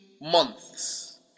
months